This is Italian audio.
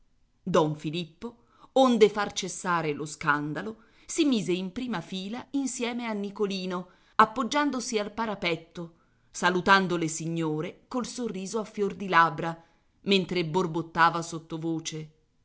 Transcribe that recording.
don filippo onde far cessare lo scandalo si mise in prima fila insieme a nicolino appoggiandosi al parapetto salutando le signore col sorriso a fior di labbra mentre borbottava sottovoce